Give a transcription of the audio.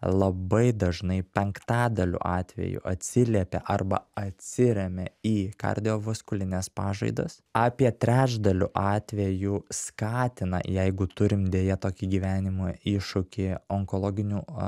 labai dažnai penktadaliu atveju atsiliepia arba atsiremia į kardiovaskulines pažaidas apie trečdaliu atvejų skatina jeigu turim deja tokį gyvenimo iššūkį onkologinių